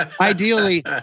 ideally